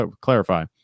clarify